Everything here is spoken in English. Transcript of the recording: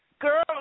Girl